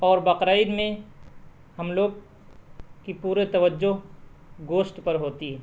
اور بقرہ عید میں ہم لوگ کی پوری توجہ گوشت پر ہوتی ہے